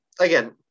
again